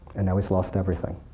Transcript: and now he's lost everything.